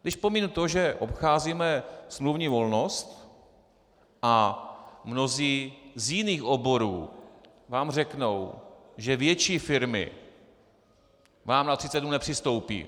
Když pominu to, že obcházíme smluvní volnost, a mnozí z jiných oborů vám řeknou, že větší firmy vám na 30 dnů nepřistoupí.